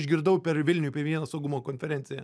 išgirdau per vilniuj per vieną saugumo konferenciją